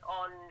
on